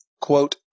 Quote